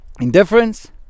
indifference